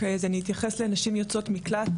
אוקיי, אז אני אתייחס לנשים יוצאות מקלט.